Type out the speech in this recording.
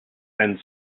and